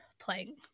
playing